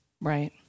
Right